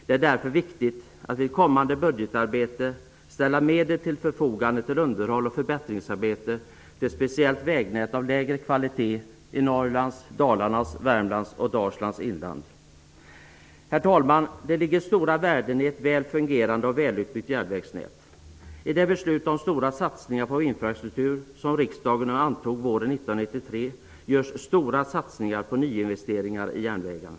Det är därför viktigt att vid kommande budgetarbete ställa medel till förfogande till underhåll och förbättringsarbete till speciellt vägnät av lägre kvalitet i Norrlands inland, Herr talman! Det ligger stora värden i ett välfungerande och välutbyggt järnvägsnät. I det beslut om stora satsningar på infrastruktur som riksdagen antog våren 1993 satsas det mycket på nyinvesteringar i järnvägen.